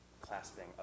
clasping